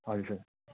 हजुर सर